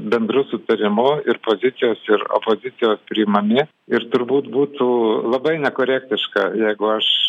bendru sutarimu ir pozicijos ir opozicijos priimami ir turbūt būtų labai nekorektiška jeigu aš